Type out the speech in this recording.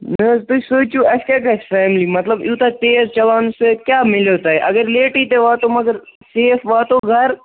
نہٕ حظ تُہۍ سوٗنٛچِو اَسہِ کیٛاہ گژھِ فیملی مطلب یوٗتاہ تیز چَلاونہٕ سۭتۍ کیٛاہ میلیو تۄہہِ اَگر لیٹٕے تہِ واتو مگر سیف واتو گَرٕ